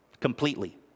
Completely